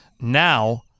Now